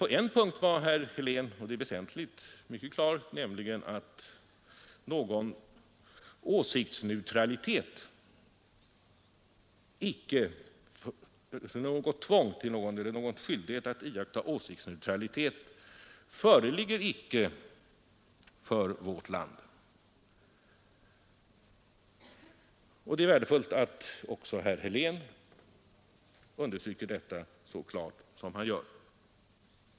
På en punkt var herr Helén dock mycket klar nämligen att någon skyldighet att iaktta åsiktsneutralitet icke föreligger för vårt land. Det är värdefullt att också herr Helén så emfatiskt understrukit detta.